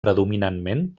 predominantment